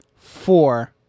Four